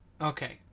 Okay